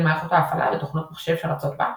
מערכת ההפעלה ותוכנות מחשב שרצות בה,